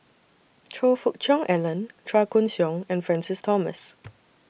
Choe Fook Cheong Alan Chua Koon Siong and Francis Thomas